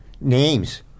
names